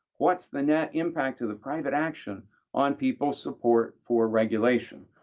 what's the net impact to the private action on people's support for regulation?